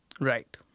Right